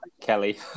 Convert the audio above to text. Kelly